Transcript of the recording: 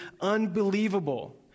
unbelievable